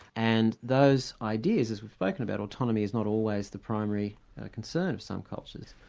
and those ideas, as we've spoken about, autonomy is not always the primary concern of some cultures.